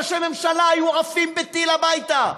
ראשי ממשלה היו עפים בטיל הביתה.